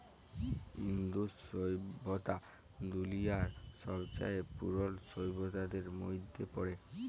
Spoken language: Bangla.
ইন্দু সইভ্যতা দুলিয়ার ছবচাঁয়ে পুরল সইভ্যতাদের মইধ্যে পড়ে